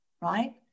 right